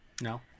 No